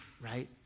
right